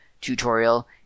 tutorial